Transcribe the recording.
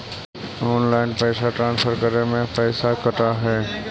Online पैसा transfer करे में पैसा कटा है?